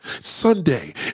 Sunday